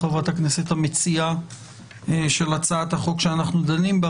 חברת הכנסת המציעה של הצעת החוק שאנחנו דנים בה,